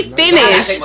finish